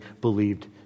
believed